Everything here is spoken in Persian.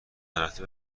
نرفته